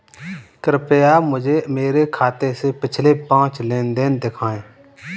कृपया मुझे मेरे खाते से पिछले पाँच लेन देन दिखाएं